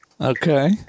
Okay